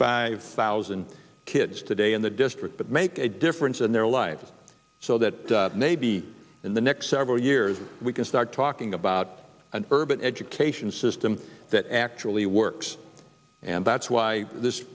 five thousand kids today in the district that make a difference in their lives so that maybe in the next several years we can start talking about an urban education system that actually works and that's why this